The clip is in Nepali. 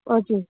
हजुर